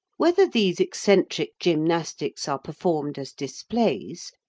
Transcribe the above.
whether these eccentric gymnastics are performed as displays,